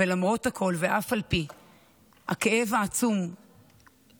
ולמרות הכול ועל אף הכאב העצום והבלתי-נתפס